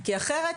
כי אחרת,